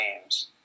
games